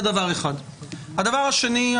הדבר השני.